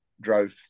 drove